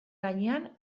gainean